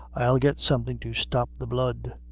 i'll get something to stop the blood.